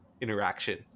interaction